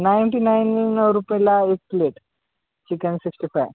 ninety nine रुपयाला एक plate chicken sixty five